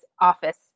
office